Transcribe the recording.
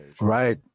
Right